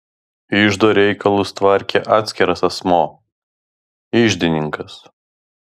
iždo reikalus tvarkė atskiras asmuo iždininkas